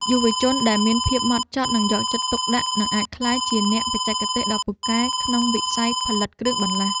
យុវជនដែលមានភាពហ្មត់ចត់និងយកចិត្តទុកដាក់នឹងអាចក្លាយជាអ្នកបច្ចេកទេសដ៏ពូកែក្នុងវិស័យផលិតគ្រឿងបន្លាស់។